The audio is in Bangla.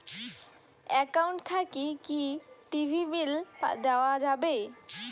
একাউন্ট থাকি কি টি.ভি বিল দেওয়া যাবে?